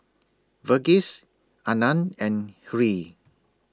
Verghese Anand and Hri